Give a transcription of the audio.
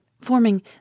forming